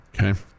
Okay